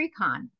Precon